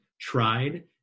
tried